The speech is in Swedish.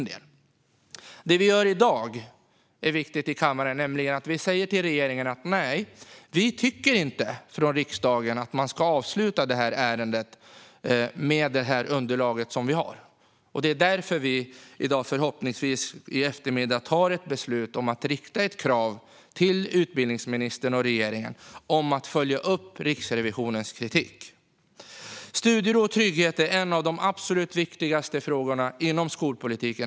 Det vi gör i dag i kammaren är viktigt. Vi säger till regeringen att vi från riksdagens sida inte tycker att man ska avsluta detta ärende med det underlag som finns. Det är därför vi i eftermiddag förhoppningsvis tar ett beslut om att rikta ett krav till utbildningsministern och regeringen om att följa upp Riksrevisionens kritik. Studiero och trygghet är en av de absolut viktigaste frågorna inom skolpolitiken.